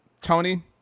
Tony